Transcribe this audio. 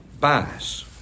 Bias